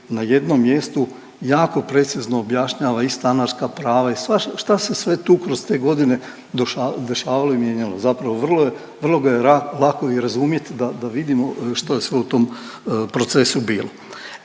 na jednom mjestu jako precizno objašnjava i stanarska prava i šta se sve tu kroz te godine dešavalo i mijenjalo. Zapravo vrlo ga je lako i razumjeti da vidimo što je sve u tom procesu bilo.